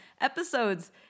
episodes